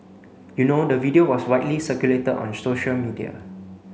you know the video was widely circulated on social media